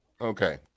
Okay